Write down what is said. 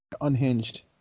Unhinged